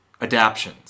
Adaptions